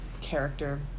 character